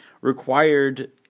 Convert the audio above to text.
required